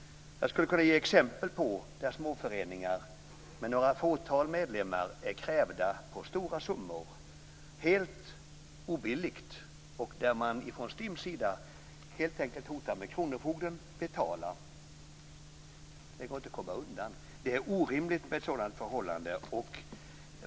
Jag skulle kunna ge exempel på småföreningar med några fåtal medlemmar som är krävda på stora summor helt obilligt och där man från STIM:s sida helt enkelt hotar med kronofogden om de inte betalar. Det går inte att komma undan. Det är orimligt med ett sådant förhållande.